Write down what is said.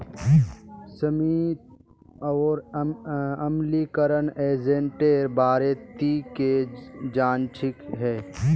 सीमित और अम्लीकरण एजेंटेर बारे ती की जानछीस हैय